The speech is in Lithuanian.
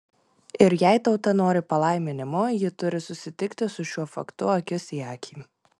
ir jei tauta nori palaiminimo ji turi susitikti su šiuo faktu akis į akį